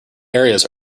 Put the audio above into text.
areas